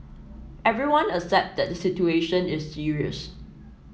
everyone accept that the situation is serious